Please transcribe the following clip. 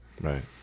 Right